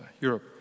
Europe